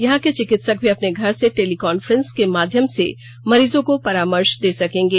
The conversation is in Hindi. यहां के चिकित्सक भी अपने घर से टेलीकॉन्फ्रेंस के माध्यम से मरीजों को परामर्श दे सकेंगे